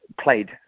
played